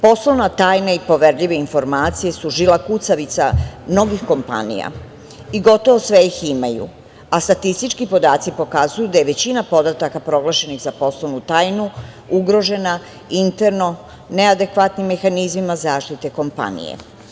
Poslovna tajna i poverljive informacije su žila kucavica mnogih kompanija i gotovo sve ih imaju, a statistički podaci pokazuju da je većina podataka proglašenih za poslovnu tajnu ugrožena interno neadekvatnim mehanizmima zaštite kompanije.